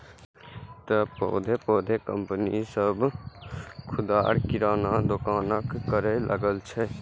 तें पैघ पैघ कंपनी सभ खुदरा किराना दोकानक करै लागल छै